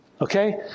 Okay